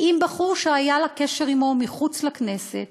מבחור שהיה לה קשר עמו מחוץ לכנסת.